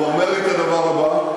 הוא אומר לי את הדבר הבא,